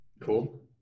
Cool